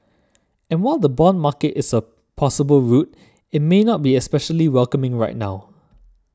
and while the bond market is a possible route it may not be especially welcoming right now